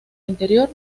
interior